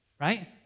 right